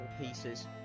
pieces